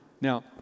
Now